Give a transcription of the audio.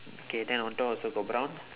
K then on top also got brown